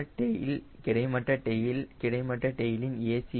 இதனால் டெயில் கிடைமட்ட டெயில் கிடைமட்ட டெயிலின் a